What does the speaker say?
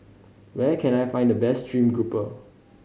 where can I find the best stream grouper